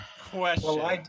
question